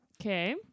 Okay